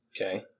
Okay